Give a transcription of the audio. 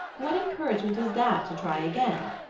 what encouragement is that to try again?